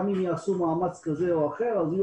גם אם יעשו מאמץ כזה או אחר אז יהיו